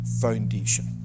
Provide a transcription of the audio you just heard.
foundation